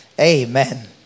Amen